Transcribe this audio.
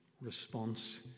response